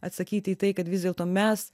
atsakyti į tai kad vis dėlto mes